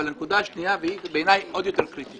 אבל ההערה השנייה והיא בעיניי עוד יותר קריטית